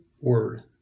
word